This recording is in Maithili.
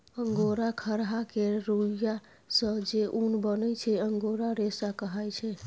अंगोरा खरहा केर रुइयाँ सँ जे उन बनै छै अंगोरा रेशा कहाइ छै